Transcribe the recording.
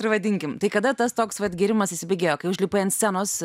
ir vadinkim tai kada tas toks vat gėrimas įsibėgėjo kai užlipai ant scenos